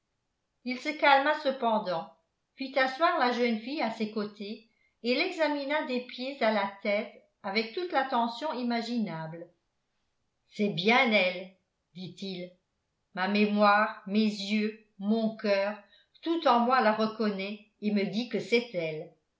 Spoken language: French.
il se calma cependant fit asseoir la jeune fille à ses côtés et l'examina des pieds à la tête avec toute l'attention imaginable c'est bien elle dit-il ma mémoire mes yeux mon coeur tout en moi la reconnaît et me dit que c'est elle